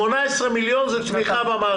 18 מיליון זה אחד.